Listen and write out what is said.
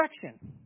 direction